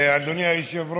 תראה, אדוני היושב-ראש,